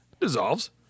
dissolves